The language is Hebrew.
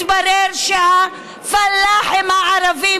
התברר שהפלחים הערבים,